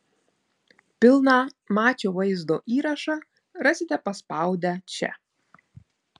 pilną mačo vaizdo įrašą rasite paspaudę čia